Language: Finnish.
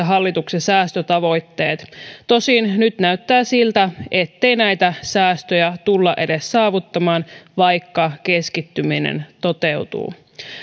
hallituksen säästötavoitteet tosin nyt näyttää siltä ettei näitä säästöjä tulla edes saavuttamaan vaikka keskittyminen toteutuu